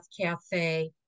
cafe